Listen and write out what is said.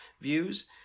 views